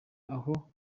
aho